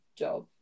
job